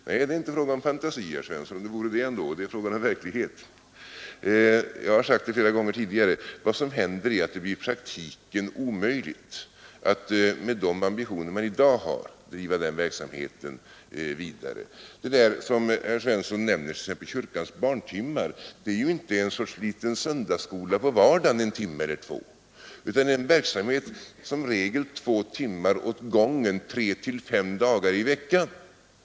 Nej, det är inte fråga om fantasi, herr Svensson. Om det vore det ändå! Det är fråga om verkligheten. Jag har sagt det flera gånger tidigare. Vad som händer är att det i praktiken blir omöjligt att med de ambitioner man i dag har driva den verksamheten vidare. Herr Svensson nämnde kyrkans barntimmar. Det är inte en liten söndagskola på vardagarna, en timme eller två, utan en verksamhet som i regel pågår två timmar åt gången tre till fem dagar i veckan.